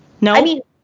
No